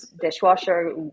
dishwasher